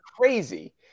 Crazy